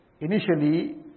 Initially